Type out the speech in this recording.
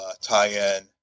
tie-in